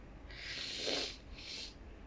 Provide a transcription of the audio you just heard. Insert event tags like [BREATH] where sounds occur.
[BREATH]